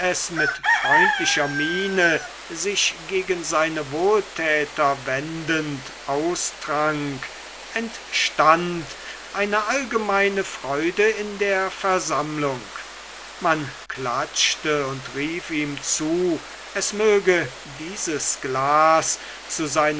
mit freundlicher miene sich gegen seine wohltäter wendend austrank entstand eine allgemeine freude in der versammlung man klatschte und rief ihm zu es möge dieses glas zu seiner